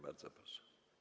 Bardzo proszę.